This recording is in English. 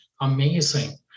amazing